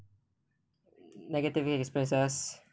negatively expresses